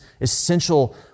essential